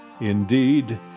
Indeed